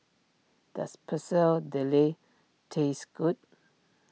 does Pecel Dele taste good